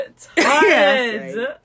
tired